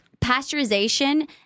pasteurization